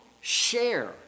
share